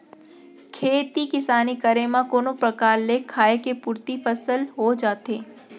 खेती किसानी करे म कोनो परकार ले खाय के पुरती फसल हो जाथे